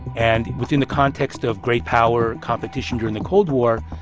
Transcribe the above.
and within the context of great power, competition during the cold war,